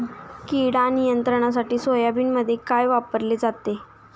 कीड नियंत्रणासाठी सोयाबीनमध्ये काय वापरले जाते?